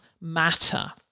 matter